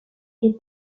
donc